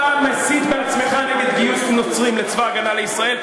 אתה מסית בעצמך נגד גיוס נוצרים לצבא הגנה לישראל,